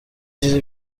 kera